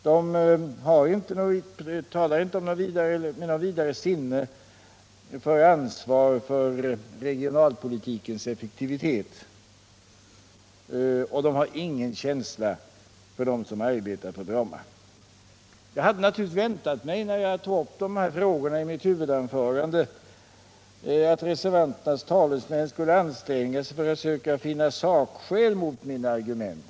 De = Stockholmsregiotalar inte med vidare sinne för ansvar för regionalpolitikens effektivitet, — nen och de har ingen känsla för dem som arbetar på Bromma. När jag tog upp dessa frågor i mitt huvudanförande hade jag naturligtvis väntat mig att reservanternas talesmän skulle anstränga sig för att söka finna sakskäl mot mina argument.